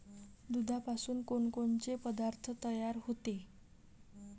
दुधापासून कोनकोनचे पदार्थ तयार होते?